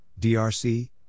DRC